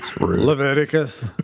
Leviticus